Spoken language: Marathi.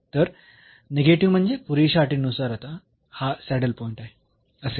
तर निगेटिव्ह म्हणजे पुरेशा अटींनुसार आता हा सॅडल पॉईंट असेल